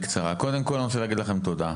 קודם כל, אני רוצה להגיד לכם תודה.